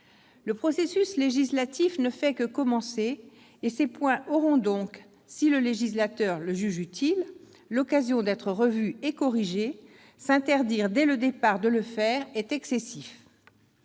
Le processus législatif ne fait que commencer et ces points auront donc, si le législateur le juge utile, l'occasion d'être revus et corrigés. S'interdire de le faire dès le départ serait excessif.